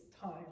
time